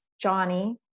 Johnny